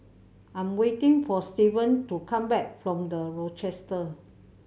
I'm waiting for Steven to come back from The Rochester